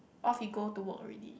off he go to work already